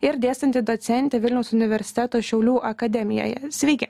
ir dėstanti docentė vilniaus universiteto šiaulių akademijoje sveiki